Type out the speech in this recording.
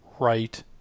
right